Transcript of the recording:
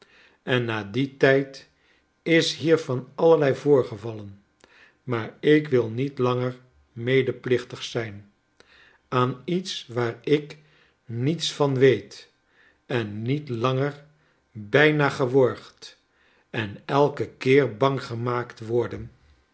en na dien tijd is hier van allerlei voorgevallen maar ik wil niet langer medeplichtig zijn aan iets waar ik niets van weet en niet langer bijna geworgd en elken keer bang gemaakt worden